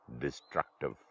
destructive